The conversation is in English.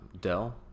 Dell